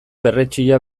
berretsia